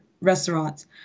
restaurants